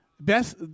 best